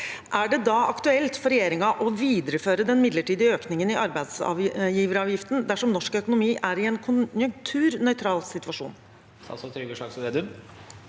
Er det aktuelt for regjeringen å videreføre den midlertidige økningen i arbeidsgiveravgiften dersom norsk økonomi er i en konjunkturnøytral situasjon?»